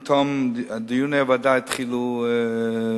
עם תום דיוני הוועדה, הם התחילו השבוע,